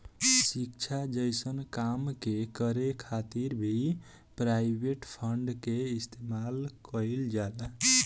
शिक्षा जइसन काम के करे खातिर भी प्राइवेट फंड के इस्तेमाल कईल जाला